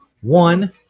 One